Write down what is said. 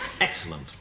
excellent